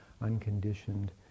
unconditioned